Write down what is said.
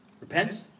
Repent